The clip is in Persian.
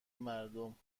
مردم